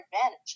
advantage